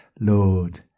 Lord